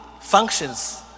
functions